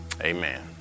Amen